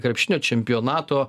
krepšinio čempionato